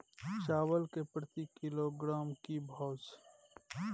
चावल के प्रति किलोग्राम भाव की छै?